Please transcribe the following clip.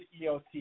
EOT